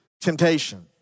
temptation